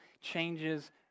changes